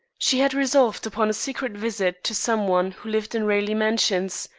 she had resolved upon a secret visit to some one who lived in raleigh mansions,